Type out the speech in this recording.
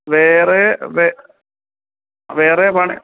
വേറെ വേ വേറെ പണി